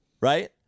right